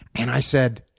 and i said,